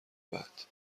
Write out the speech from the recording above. بعد